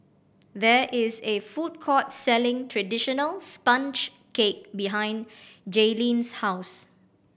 there is a food court selling traditional sponge cake behind Jaylyn's house